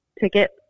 ticket